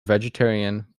vegetarian